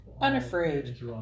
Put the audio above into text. unafraid